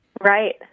Right